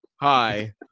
Hi